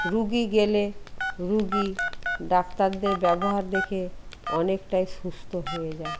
রুগী গেলে রুগী ডাক্তারদের ব্যবহার দেখে অনেকটাই সুস্থ হয়ে যায়